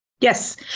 Yes